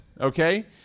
okay